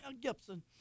Gibson